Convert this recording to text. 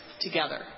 together